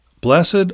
Blessed